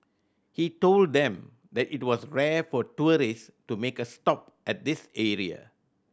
he told them that it was rare for tourist to make a stop at this area